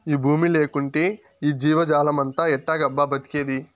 ఈ బూమి లేకంటే ఈ జీవజాలమంతా ఎట్టాగబ్బా బతికేది